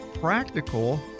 practical